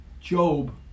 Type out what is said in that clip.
Job